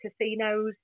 casinos